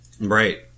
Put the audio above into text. Right